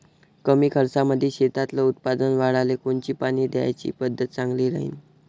कमी खर्चामंदी शेतातलं उत्पादन वाढाले कोनची पानी द्याची पद्धत चांगली राहीन?